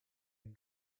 and